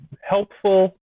Helpful